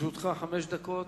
לרשותך חמש דקות.